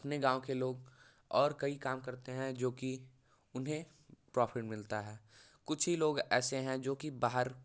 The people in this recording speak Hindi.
अपने गाँव के लोग और कई काम करते हैं जो कि उन्हें प्रॉफिट मिलता है कुछ ही लोग ऐसे हैं जो कि बाहर